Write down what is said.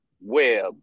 web